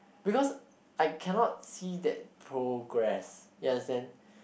because I cannot see that progress you understand